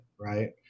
Right